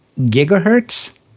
gigahertz